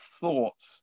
thoughts